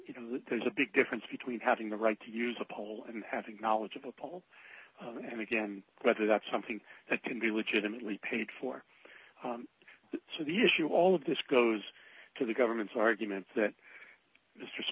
you know there's a big difference between having the right to use a poll and having knowledge of a poll and again whether that's something that can be legitimately paid for so the issue all of this goes to the government's argument that it's just